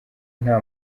nta